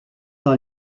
dans